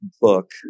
book